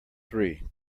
three